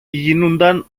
γίνουνταν